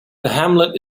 hamlet